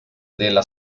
della